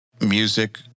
music